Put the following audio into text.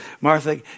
Martha